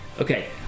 Okay